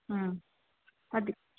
ಹಾಂ ಅದು